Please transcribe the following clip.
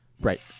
Right